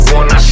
one